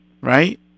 Right